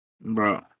bro